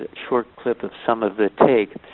ah short clip of some of the take.